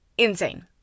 insane